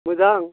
मोजां